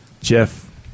Jeff